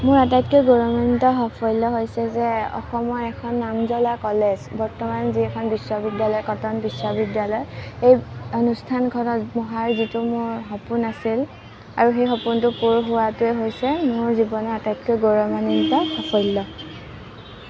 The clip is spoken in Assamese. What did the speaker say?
মোৰ আটাইতকৈ গৌৰৱান্ৱিত সাফল্য হৈছে যে অসমৰ এখন নামজ্বলা ক'লেজ বৰ্তমান যিখন বিশ্ববিদ্যালয় কটন বিশ্ববিদ্যালয় এই অনুষ্ঠানখনত পঢ়াৰ যিটো মোৰ সপোন আছিল আৰু সেই সপোনটো পূৰ হোৱাটোৱেই হৈছে মোৰ জীৱনৰ আটাইতকৈ গৌৰৱান্বিত সাফল্য